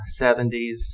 70s